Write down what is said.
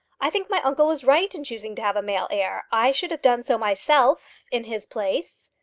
i think my uncle was right in choosing to have a male heir. i should have done so myself in his place.